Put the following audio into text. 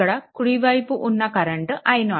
ఇక్కడ కుడివైపు పైన ఉన్న కరెంట్ i0